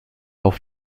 auf